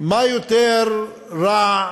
מה יותר רע,